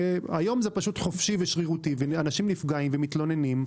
היום זה פשוט חופשי ושרירותי ואנשים נפגעים ומתלוננים,